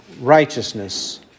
righteousness